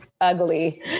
ugly